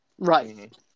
Right